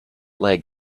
leg